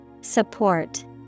Support